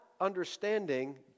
understanding